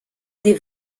des